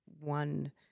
one